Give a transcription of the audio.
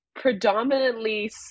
predominantly